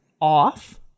off